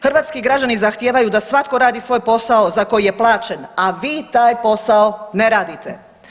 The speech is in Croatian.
Hrvatski građani zahtijevaju da svatko radi svoj posao za koji je plaćen a vi taj posao ne radite.